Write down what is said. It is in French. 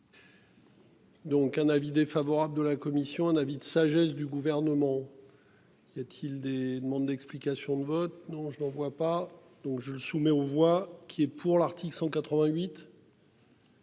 Donc un avis défavorable de la commission un avis de sagesse du gouvernement. Y a-t-il des demandes d'explications de vote non, je n'en vois pas. Donc, je le soumets aux voix qui est pour l'article 188.